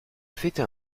fêter